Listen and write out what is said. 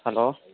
hello